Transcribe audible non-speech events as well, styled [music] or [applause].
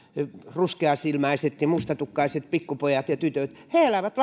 ruskeasilmäiset ja mustatukkaiset pikkupojat ja tytöt he elävät [unintelligible]